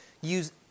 Use